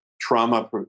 trauma